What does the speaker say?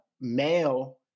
male